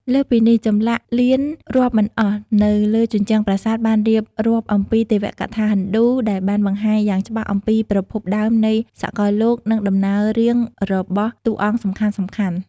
លើសពីនេះ ចម្លាក់លៀនរាប់មិនអស់នៅលើជញ្ជាំងប្រាសាទបានរៀបរាប់អំពីទេវកថាហិណ្ឌូដែលបានបង្ហាញយ៉ាងច្បាស់អំពីប្រភពដើមនៃសកលលោកនិងដំណើររឿងរបស់តួអង្គសំខាន់ៗ។